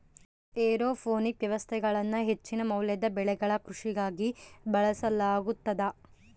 aeroponic ವ್ಯವಸ್ಥೆಗಳನ್ನು ಹೆಚ್ಚಿನ ಮೌಲ್ಯದ ಬೆಳೆಗಳ ಕೃಷಿಗಾಗಿ ಬಳಸಲಾಗುತದ